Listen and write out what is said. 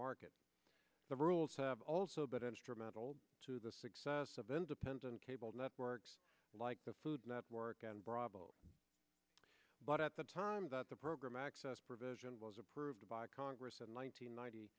market the rules have also been instrumental to the success of independent cable networks like the food network and bravo but at the time that the program access provision was approved by congress in